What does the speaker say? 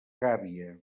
gàbia